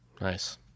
Nice